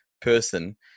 person